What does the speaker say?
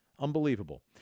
Unbelievable